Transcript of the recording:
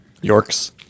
Yorks